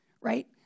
right